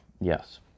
Yes